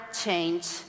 change